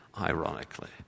ironically